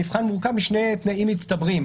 המבחן מורכב משני תנאים מצטברים.